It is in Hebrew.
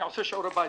אני עושה שיעורי-בית,